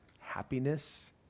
happiness